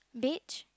biege